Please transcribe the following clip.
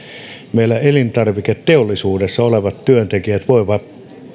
meillä elintarviketeollisuudessa olevat työntekijät voivat